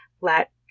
let